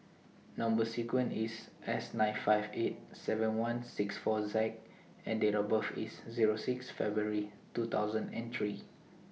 Number sequence IS S nine five eight seven one six four Z and Date of birth IS Zero six February two thousand and three